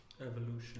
Evolution